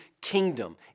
kingdom